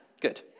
Good